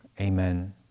Amen